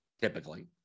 typically